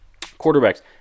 quarterbacks